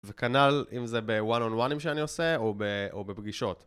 וכנל אם זה בוואן און וואנים שאני עושה או בפגישות